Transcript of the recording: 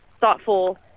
thoughtful